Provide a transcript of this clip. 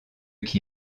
qui